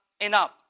Enough